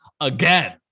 again